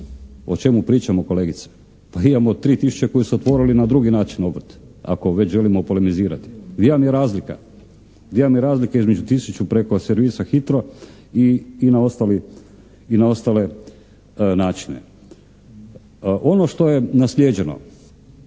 o čemu pričamo kolegice. Pa imamo 3 tisuće koji su otvorili na drugi način obrt ako već želimo polemizirati. Gdje vam je razlika? Gdje vam je razlika između tisuću preko servisa HITRO i na ostale načine? Ono što je naslijeđeno,